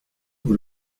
vous